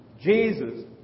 Jesus